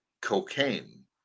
cocaine